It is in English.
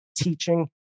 teaching